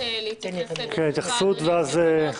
אני רוצה להתייחס, אדוני היושב-ראש.